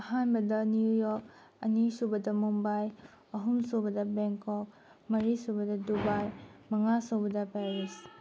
ꯑꯍꯥꯟꯕꯗ New York ꯑꯅꯤꯁꯨꯕꯗ ꯃꯨꯝꯕꯥꯏ ꯑꯍꯨꯝꯁꯨꯕꯗ ꯕꯦꯡꯀꯣꯛ ꯃꯔꯤ ꯁꯨꯕꯗ ꯗꯨꯕꯥꯏ ꯃꯉꯥ ꯁꯨꯕꯗ ꯄꯦꯔꯤꯁ